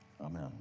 Amen